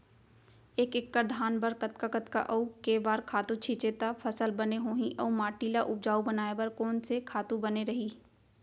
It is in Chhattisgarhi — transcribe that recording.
एक एक्कड़ धान बर कतका कतका अऊ के बार खातू छिंचे त फसल बने होही अऊ माटी ल उपजाऊ बनाए बर कोन से खातू बने रही?